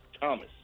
Thomas